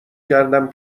کردم